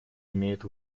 имеет